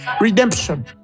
redemption